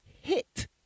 hit